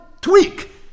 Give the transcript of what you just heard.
tweak